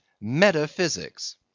metaphysics